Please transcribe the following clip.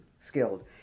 skilled